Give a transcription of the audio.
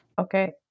Okay